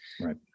Right